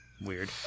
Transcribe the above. Weird